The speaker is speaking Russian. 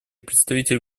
представитель